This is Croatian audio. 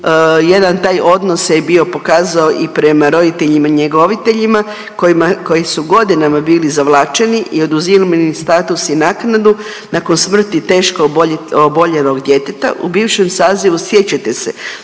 jedan taj odnos se bio pokazao i prema roditeljima njegovateljima koji su godinama bili zavlačeni i oduziman im status i naknadu nakon smrti teško oboljelog djeteta u bivšem sazivu, sjećate se.